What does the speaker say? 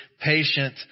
patient